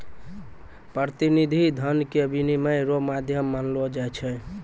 प्रतिनिधि धन के विनिमय रो माध्यम मानलो जाय छै